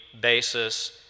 basis